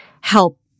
help